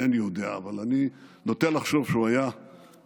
אינני יודע, אבל אני נוטה לחשוב שהוא היה מברך